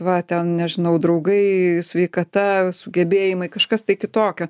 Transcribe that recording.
va ten nežinau draugai sveikata sugebėjimai kažkas tai kitokio